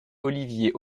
olivier